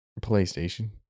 Playstation